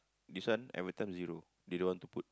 this one every time zero they don't want to put